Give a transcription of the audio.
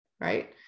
right